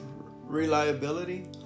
reliability